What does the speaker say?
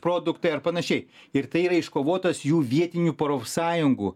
produktai ar panašiai ir tai yra iškovotas jų vietinių profsąjungų